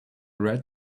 red